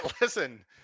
listen